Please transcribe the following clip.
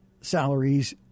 salaries